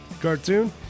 cartoon